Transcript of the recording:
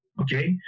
Okay